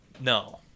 no